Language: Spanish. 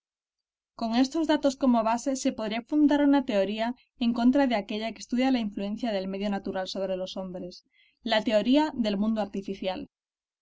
con estos datos como base se podría fundar una teoría en contra de aquella que estudia la influencia del medio natural sobre los hombres la teoría del medio artificial